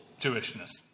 Jewishness